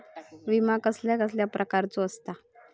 विमा कसल्या कसल्या प्रकारचो असता?